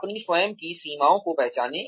अपनी स्वयं की सीमाओं को पहचानें